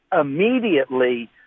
immediately